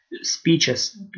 speeches